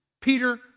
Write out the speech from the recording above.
Peter